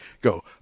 go